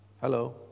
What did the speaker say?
Hello